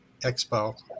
expo